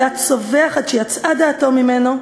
והיה צווח עד שיצאה דעתו ממנו.